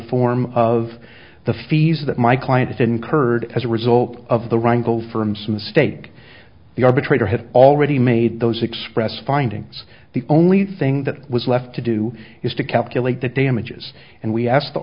form of the fees that my client has incurred as a result of the wrangle firm's mistake the arbitrator had already made those express findings the only thing that was left to do is to calculate the damages and we asked the